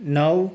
નવ